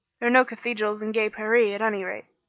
there are no cathedrals in gay paree, at any rate.